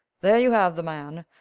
there you have the man!